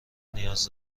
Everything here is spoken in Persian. نیاز